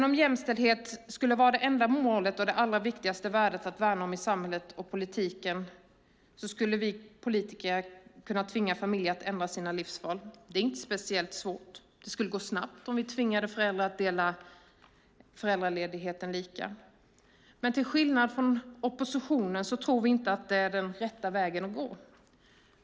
Om jämställdhet skulle vara det enda ändamålet och det viktigaste värdet att värna om i samhället och i politiken skulle vi politiker kunna tvinga familjer att ändra sina livsval. Det är inte speciellt svårt, det skulle gå snabbt om vi tvingade föräldrar att dela föräldraledigheten lika. Men till skillnad från oppositionen tror vi inte att det är den rätta vägen att gå.